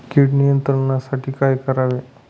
कीड नियंत्रणासाठी काय करावे?